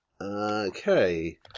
Okay